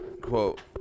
quote